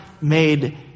made